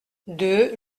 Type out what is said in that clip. deux